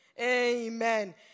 Amen